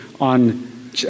on